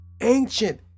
ancient